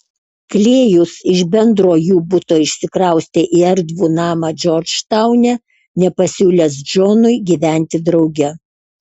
klėjus iš bendro jų buto išsikraustė į erdvų namą džordžtaune nepasiūlęs džonui gyventi drauge